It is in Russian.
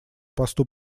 посту